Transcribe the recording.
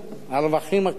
הרווחים הכלואים,